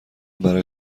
برای